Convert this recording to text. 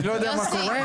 אני לא יודע מה קורה.